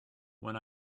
when